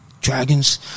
Dragons